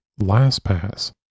LastPass